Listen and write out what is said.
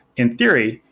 in theory,